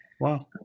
Wow